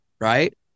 Right